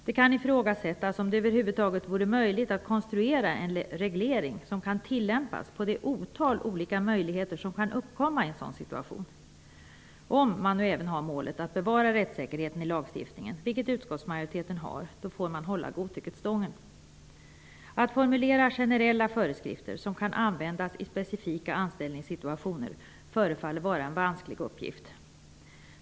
Det kan ifrågasättas om det över huvud taget vore möjligt att konstruera en reglering som kan tillämpas på det otal olika möjligheter som kan uppkomma i en sådan situation. Om man nu även har målet att bevara rättssäkerheten i lagstiftningen, vilket utskottsmajoriteten har, får man hålla godtycket stången. Att formulera generella föreskrifter som kan användas i specifika anställningssituationer förefaller vara en vansklig uppgift.